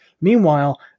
Meanwhile